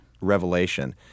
revelation